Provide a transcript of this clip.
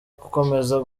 gukomeza